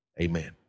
Amen